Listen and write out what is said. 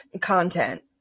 content